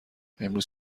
امروز